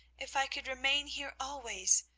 if i could remain here always,